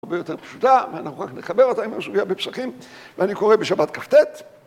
הרבה יותר פשוטה, אנחנו רק נחבר אותה עם הסוגיה בפסחים, ואני קורא בשבת כט